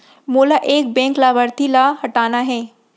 मोला एक बैंक लाभार्थी ल हटाना हे?